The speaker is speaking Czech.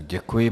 Děkuji.